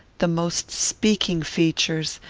the most speaking features,